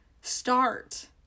start